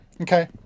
Okay